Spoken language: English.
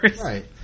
Right